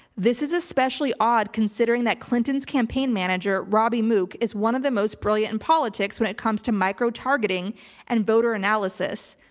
this is especially odd considering that clinton's campaign manager, robby mook, is one of the most brilliant in politics when it comes to microtargeting and voter analysis.